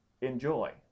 enjoy